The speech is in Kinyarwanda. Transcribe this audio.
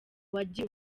wagiye